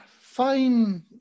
fine